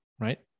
right